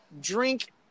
drink